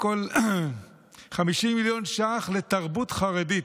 50 מיליון ש"ח לתרבות חרדית,